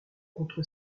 contre